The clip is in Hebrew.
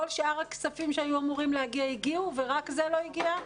כל שאר הכספים שהיו אמורים להגיע הגיעו ורק זה לא הגיע?